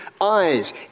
eyes